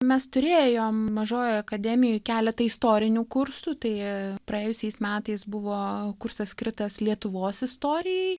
mes turėjom mažojoje akademijoj keletą istorinių kursų tai praėjusiais metais buvo kursas skirtas lietuvos istorijai